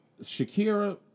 Shakira